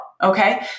okay